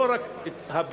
לא רק הפגיעה,